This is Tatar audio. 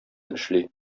эшли